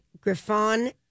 Griffon